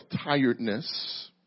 tiredness